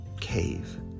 cave